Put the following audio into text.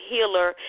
Healer